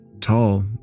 tall